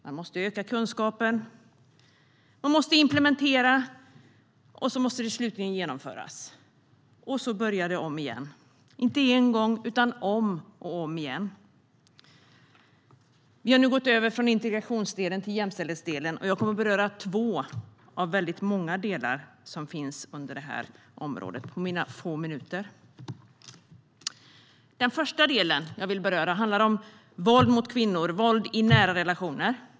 Man måste öka kunskapen. Man måste implementera, och slutligen måste det genomföras. Sedan börjar det om igen, inte en gång utan om och om igen. Vi har nu gått över från integrationsdelen till jämställdhetsdelen. Jag kommer under mina få minuter att beröra två av många delar som finns på det här området. Den första delen jag vill beröra handlar om våld mot kvinnor, våld i nära relationer.